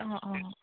অঁ অঁ